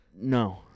No